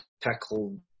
tackle